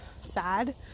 Sad